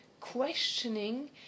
questioning